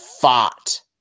fought